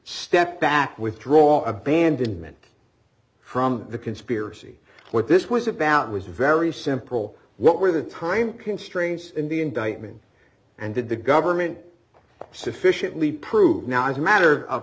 step back withdraw abandonment from the conspiracy what this was about was very simple what were the time constraints in the indictment and did the government sufficiently prove now as a matter